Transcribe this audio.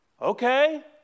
Okay